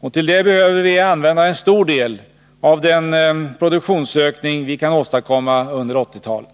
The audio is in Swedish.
Då behöver vi använda en stor del av den produktionsökning vi kan åstadkomma under 1980-talet.